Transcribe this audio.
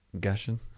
Gushing